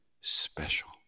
special